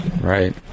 Right